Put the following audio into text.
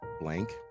blank